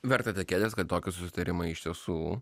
verta tikėtis kad toki susitarimai iš tiesų